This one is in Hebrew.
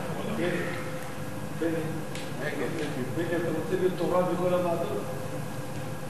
ההצעה להעביר את הנושא לוועדת הפנים והגנת הסביבה נתקבלה.